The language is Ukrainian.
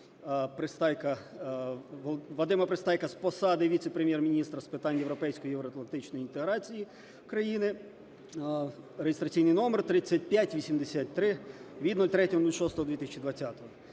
Вадима Пристайка з посади Віце-прем'єр-міністра з питань європейської і євроатлантичної інтеграції країни (реєстраційний номер 3583) (від 03.06.2020)